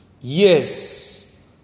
Yes